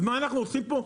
אז מה אננו עושים פה?